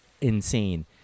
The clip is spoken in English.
insane